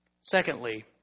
Secondly